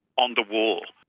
on the wall,